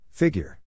Figure